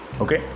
Okay